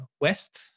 west